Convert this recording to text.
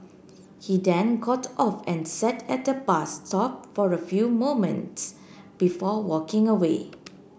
he then got off and sat at bus stop for a few moments before walking away